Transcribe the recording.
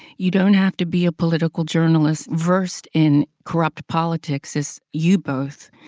you don't have to be a political journalist versed in corrupt politics, as you both,